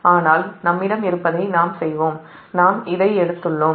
ஆனால் நம்மிடம் இருப்பதை நாம் எடுத்துள்ளோம்